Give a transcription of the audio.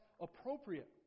appropriate